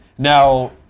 Now